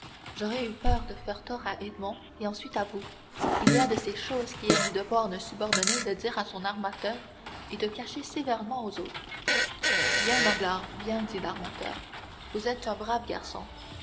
j'aurais eu peur de faire tort à edmond et ensuite à vous il y a de ces choses qu'il est du devoir d'un subordonné de dire à son armateur et de cacher sévèrement aux autres bien danglars bien dit l'armateur vous êtes un brave garçon